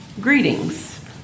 Greetings